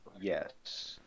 Yes